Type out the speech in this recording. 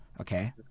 okay